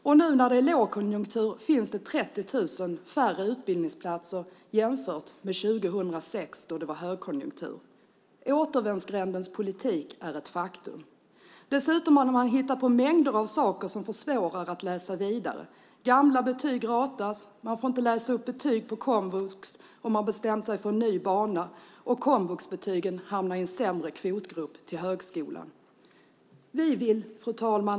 Och nu när det är lågkonjunktur finns det 30 000 färre utbildningsplatser jämfört med 2006, då det var högkonjunktur. Återvändsgrändens politik är ett faktum. Dessutom har man hittat på mängder av saker som försvårar att läsa vidare. Gamla betyg ratas, man får inte läsa upp betyg på komvux om man bestämt sig för en ny bana och komvuxbetygen hamnar i en sämre kvotgrupp vid antagning till högskolan. Fru talman!